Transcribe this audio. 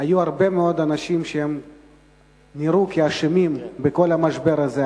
היו הרבה מאוד אנשים שנראו כאשמים בכל המשבר הזה,